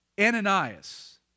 Ananias